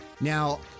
Now